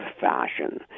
fashion